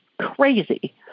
crazy